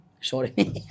Sorry